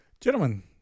Gentlemen